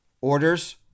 orders